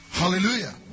Hallelujah